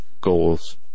goals